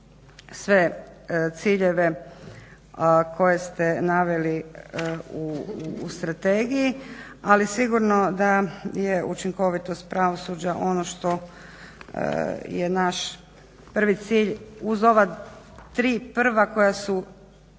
sve ciljeve koje ste naveli u strategiji, ali sigurno da je učinkovitost pravosuđa ono što je naš prvi cilj uz ova tri prva koja su